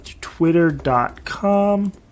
Twitter.com